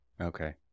Okay